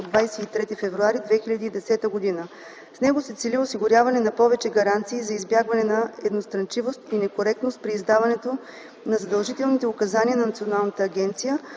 от 23 февруари 2010 г. С него се цели осигуряване на повече гаранции за избягване на едностранчивост и некоректност при издаването на задължителните указания на националната агенция